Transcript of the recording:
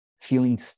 feeling